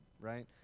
right